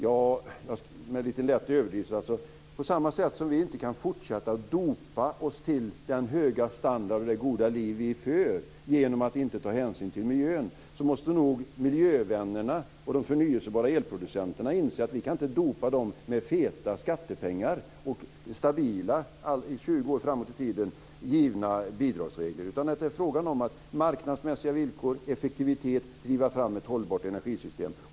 Med en liten lätt överdrift skulle jag kunna säga så här: På samma sätt som vi inte kan fortsätta att dopa oss till den höga standard och det goda liv vi har genom att inte ta hänsyn till miljön måste nog miljövännerna och producenterna av förnyelsebar el inse att man inte kan dopa dem med feta skattepengar och stabila givna bidragsregler 20 år framåt i tiden. Det är frågan om att med marknadsmässiga villkor och effektivitet driva fram ett hållbart energisystem.